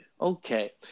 Okay